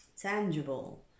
tangible